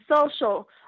social